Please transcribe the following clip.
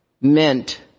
meant